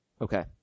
Okay